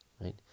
right